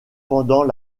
pendant